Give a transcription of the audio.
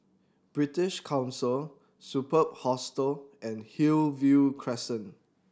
British Council Superb Hostel and Hillview Crescent